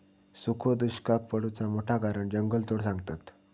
सुखो दुष्काक पडुचा मोठा कारण जंगलतोड सांगतत